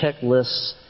checklists